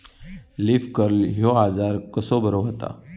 Leaf curl ह्यो आजार कसो बरो व्हता?